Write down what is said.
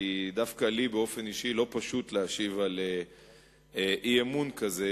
כי דווקא לי באופן אישי לא פשוט להשיב על אי-אמון כזה,